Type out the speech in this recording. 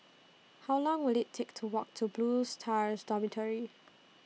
How Long Will IT Take to Walk to Blue Stars Dormitory